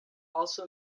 also